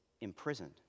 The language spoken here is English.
imprisoned